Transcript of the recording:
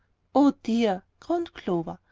oh, dear, groaned clover.